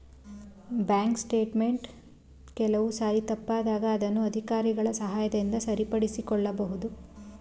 bank statement ಕೆಲವು ಸಾರಿ ತಪ್ಪಾದಾಗ ಅದನ್ನು ಅಧಿಕಾರಿಗಳ ಸಹಾಯದಿಂದ ಸರಿಪಡಿಸಿಕೊಳ್ಳಬಹುದು